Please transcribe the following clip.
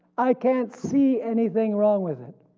i can't see anything wrong with it.